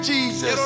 Jesus